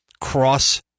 cross